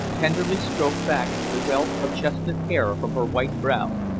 tenderly stroked back the wealth of chestnut hair from her white brow.